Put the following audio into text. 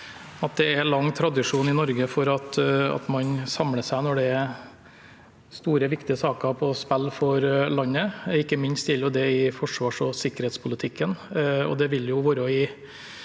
det er lang tradisjon i Norge for at man samler seg når det står store, viktige saker på spill for landet, ikke minst gjelder det i forsvars- og sikkerhetspolitikken. Det vil være i